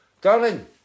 Darling